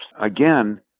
again